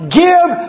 give